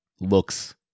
Looks